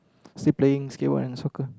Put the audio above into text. still playing skateboard and soccer